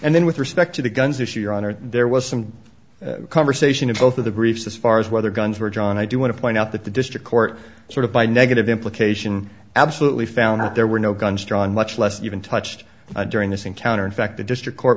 and then with respect to the guns issue your honor there was some conversation in both of the briefs as far as whether guns were drawn i do want to point out that the district court sort of by negative implication absolutely found that there were no guns drawn much less even touched during this encounter in fact the district court